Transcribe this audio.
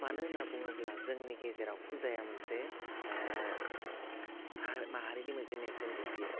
मानो होन्ना बुङोब्ला जोंनि गेजेराव फुजाया मोनसे हा माहारिनि मोनसे नेर्सोन दिन्थि